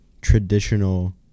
traditional